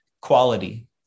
quality